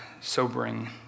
sobering